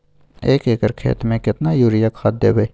एक एकर खेत मे केतना यूरिया खाद दैबे?